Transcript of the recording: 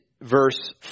verse